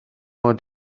mod